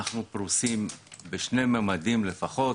אנחנו פרוסים בשני מממדים לפחות,